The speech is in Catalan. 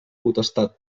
potestat